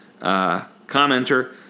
commenter